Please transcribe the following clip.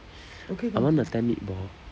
I want the ten meatball